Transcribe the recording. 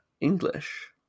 English